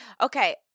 Okay